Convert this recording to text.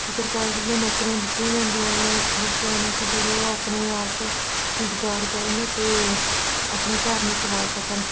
ਅਤੇ ਸਰਕਾਰ ਵੱਲੋਂ ਨੌਕਰੀਆਂ ਦਿੱਤੀਆਂ ਜਾਂਦੀਆਂ ਏ ਬੱਚਿਆਂ ਨੂੰ ਕਿ ਜਿਹੜੇ ਉਹ ਆਪਣੇ ਆਪ ਰੁਜ਼ਗਾਰ ਕਰਨ ਅਤੇ ਆਪਣੇ ਘਰ ਨੂੰ ਚਲਾ ਸਕਣ